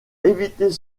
éviter